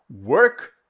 Work